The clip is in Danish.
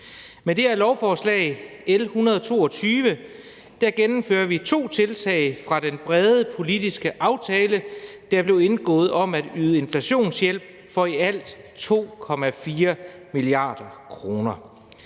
Med det her lovforslag, L 112, gennemfører vi to tiltag fra den brede politiske aftale, der blev indgået om at yde inflationshjælp for i alt 2,4 mia. kr.